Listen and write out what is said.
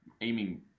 aiming